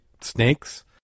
snakes